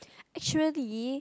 actually